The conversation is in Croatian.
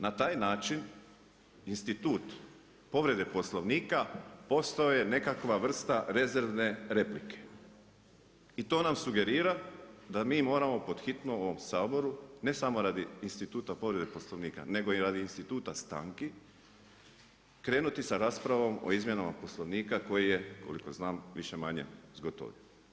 Na taj način institut povrede Poslovnika postao je nekakva vrsta rezerve replike i to nam sugerira da mi moramo pod hitno u ovom Saboru ne samo radi instituta povrede Poslovnika nego i radi instituta stanki, krenuti sa raspravom o izmjenama Poslovnika, koji je koliko znam, više-manje zgotovljen.